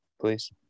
Please